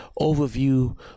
overview